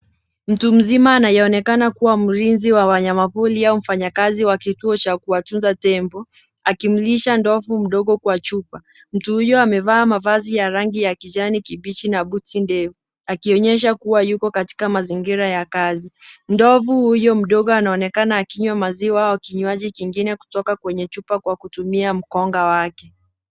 Mtu mzima anayeonekana kuwa mlinzi wa wanyamapori au mfanyakazi wa kituo cha kuwatunza tembo, akimlisha ndovu mdogo kwa chupa. Mtu uyo amevaa mavazi ya rangi ya kijani kibichi na buti ndefu, akionyesha kuwa yuko katika mazingira ya kazi. Ndovu huyo mdogo anaonekana akinywa maziwa au kinywaji kingine kutoka kwenye chupa kwa kutumia mkonga wake.